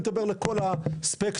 אני מדבר לכל הספקטרום.